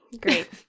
Great